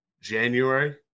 January